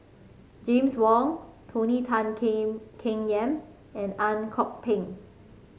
James Wong Tony Tan Keng Keng Yam and Ang Kok Peng